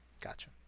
Gotcha